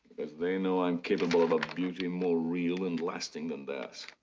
because they know i'm capable of a beauty more real and lasting than theirs.